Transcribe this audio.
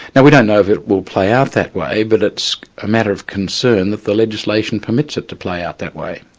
now we don't know if it will play out that way but it's a matter of concern that the legislation permits it to play out that way.